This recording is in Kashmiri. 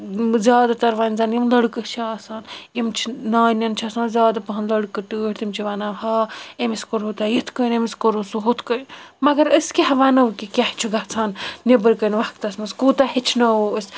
زیادٕ تر وۄنۍ زَن یِم لَڑکہٕ چھِ آسان یِم چھِ نانٮ۪ن چھِ آسان زیادٕ پَہم لڑکہ ٹٲٹھ تِم چھِ وَنان ہا أمِس کوٚروٕ تۄہہِ یِتھ کٔنۍ أمِس کوٚروٕ سُہ ہُتھ کٔنۍ مگر أسۍ کیاہ وَنو کہِ کیاہ چھُ گژھان نبرٕ کٔنۍ وَقتس منٛز کوٗتاہ ہیٚچھناوو أسۍ